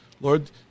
Lord